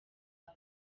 aho